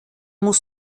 muss